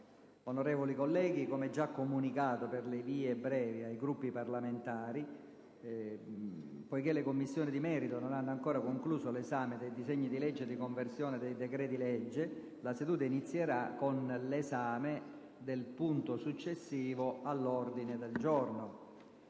Onorevoli colleghi, come già comunicato per le vie brevi ai Gruppi parlamentari, poiché le Commissioni di merito non hanno ancora concluso l'esame dei disegni di legge di conversione dei decreti-legge all'ordine del giorno, la seduta inizierà con l'esame del successivo punto all'ordine del giorno